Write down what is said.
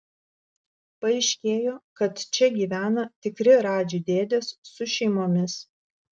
paaiškėjo kad čia gyvena tikri radži dėdės su šeimomis